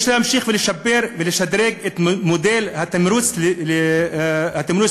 יש להמשיך לשפר ולשדרג את מודל התמרוץ לפגיות,